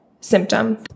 symptom